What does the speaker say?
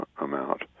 amount